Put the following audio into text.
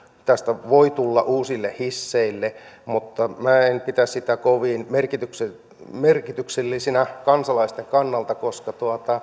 tästä voi tulla uusille hisseille mutta minä en pidä sitä kovin merkityksellisenä merkityksellisenä kansalaisten kannalta koska